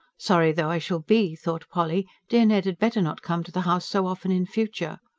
sorry though i shall be, thought polly, dear ned had better not come to the house so often in future.